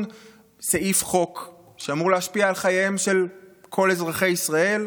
סעיף חוק שאמור להשפיע על חייהם של כל אזרחי ישראל.